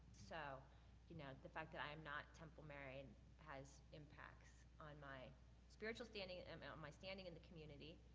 so you know the fact that i'm not temple married has impacts on my spiritual standing, um on my standing in the community